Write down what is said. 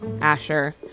Asher